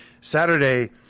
Saturday